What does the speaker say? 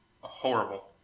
horrible